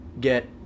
get